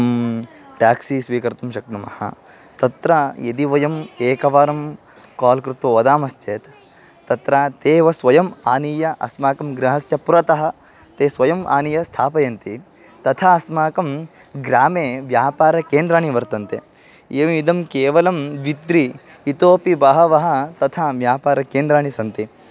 एकं टेक्सी स्वीकर्तुं शक्नुमः तत्र यदि वयम् एकवारं काल् कृत्वा वदामश्चेत् तत्र ते एव स्वयम् आनीय अस्माकं गृहस्य पुरतः ते स्वयम् आनीय स्थापयन्ति तथा अस्माकं ग्रामे व्यापारकेन्द्राणि वर्तन्ते एवम् इदं केवलं द्वित्रि इतोपि बहवः तथा व्यापारकेन्द्राणि सन्ति